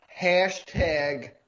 Hashtag